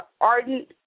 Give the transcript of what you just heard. ardent